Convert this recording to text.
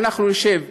שאנחנו נשב,